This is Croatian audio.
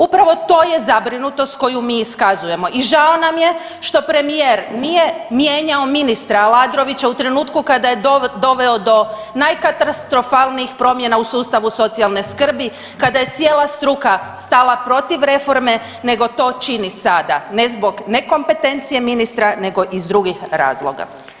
Upravo to je zabrinutost koju mi iskazujemo i žao nam je što premijer nije mijenjao ministra Aladrovića u trenutku kada je doveo do najkatastrofalnijih promjena u sustavu socijalne skrbi, kada je cijela struka stala protiv reforme, nego to čini sada ne zbog nekompetencije ministra nego iz drugih razloga.